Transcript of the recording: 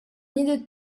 needed